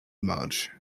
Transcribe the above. much